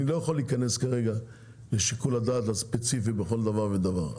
אני לא יכול להיכנס כרגע לשיקול הדעת הספציפי בכל דבר ודבר,